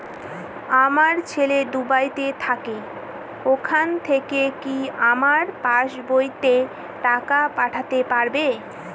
আমার ছেলে দুবাইতে থাকে ওখান থেকে কি আমার পাসবইতে টাকা পাঠাতে পারবে?